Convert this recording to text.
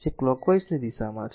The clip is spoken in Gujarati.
જે કલોકવાઈઝની દિશામાં છે